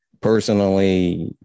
Personally